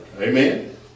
Amen